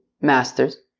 masters